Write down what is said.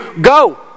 go